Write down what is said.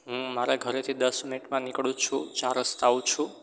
હું મારા ઘરેથી દસ મિનિટમાં નીકળું જ છું ચાર રસ્તા આવું છું